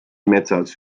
metsas